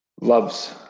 Loves